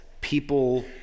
people